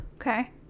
Okay